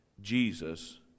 Jesus